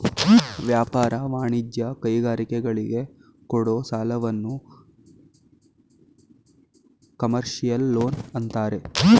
ವ್ಯಾಪಾರ, ವಾಣಿಜ್ಯ, ಕೈಗಾರಿಕೆಗಳಿಗೆ ಕೊಡೋ ಸಾಲವನ್ನು ಕಮರ್ಷಿಯಲ್ ಲೋನ್ ಅಂತಾರೆ